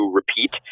repeat